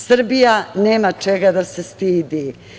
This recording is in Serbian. Srbija nema čega da se stidi.